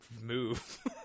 move